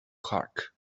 clark